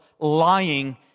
lying